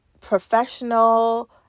professional